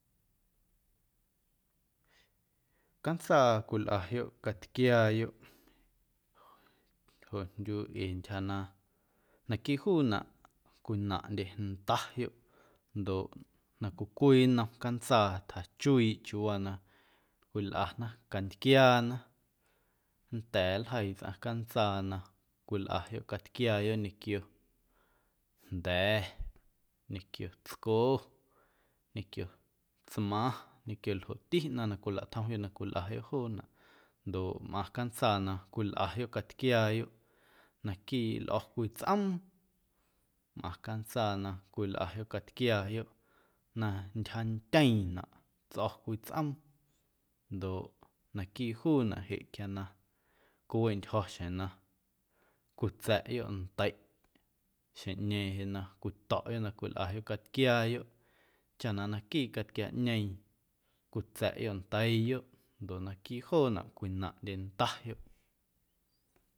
Cantsaa cwilꞌayoꞌ catquiaayoꞌ joꞌjndyu ee ntyja na naquiiꞌ juunaꞌ cwinaⁿꞌndye ndayoꞌ ndoꞌ na cwii cwii nnom cantsaa tjachuiiꞌ chiuuwaa na cwilꞌana cantquiaana nnda̱a̱ nljeii tsꞌaⁿ cantsaa na cwilꞌayoꞌ catquiaayoꞌ ñequio jnda̱, ñequio tsco, ñequio tsmaⁿ, ñequio ljoꞌti ꞌnaⁿ na cwilaꞌtjomyoꞌ na cwilꞌayoꞌ juunaꞌ ndoꞌ mꞌaⁿ cantsaa na cwilꞌayoꞌ catquiaayoꞌ naquiiꞌ lꞌo̱ cwii tsꞌoom, mꞌaⁿ cantsaa na cwilꞌayoꞌ cantquiaayoꞌ na ntyjantyeeⁿꞌnaꞌ tsꞌo̱ cwii tsꞌoom ndoꞌ naquiiꞌ juunaꞌ jeꞌ quia na cwiwiꞌntyjo̱ xjeⁿ na cwitsa̱ꞌyoꞌ ndeiꞌ xjeⁿꞌñeeⁿ jeꞌ na cwito̱ꞌyoꞌ na cwilꞌayoꞌ catquiaayoꞌ chaꞌ na naquiiꞌ catquiaꞌñeeⁿ cwitsa̱ꞌyoꞌ ndeiiyoꞌ ndoꞌ naquiiꞌ joonaꞌ cwinaⁿꞌndye ndayoꞌ.